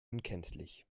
unkenntlich